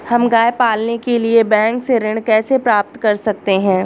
हम गाय पालने के लिए बैंक से ऋण कैसे प्राप्त कर सकते हैं?